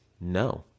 no